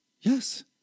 yes